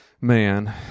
man